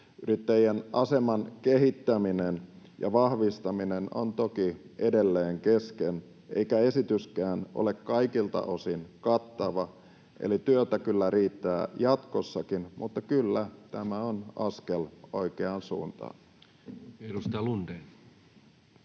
Yrittäjien aseman kehittäminen ja vahvistaminen on toki edelleen kesken eikä esityskään ole kaikilta osin kattava, eli työtä kyllä riittää jatkossakin, mutta kyllä, tämä on askel oikeaan suuntaan. Edustaja Lundén.